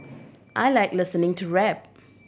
I like listening to rap